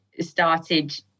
started